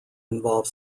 involve